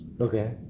okay